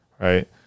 Right